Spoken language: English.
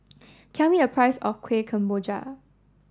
tell me the price of Kueh Kemboja